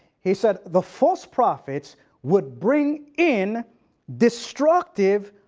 he said the false prophets would bring in destructive,